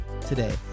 today